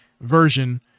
version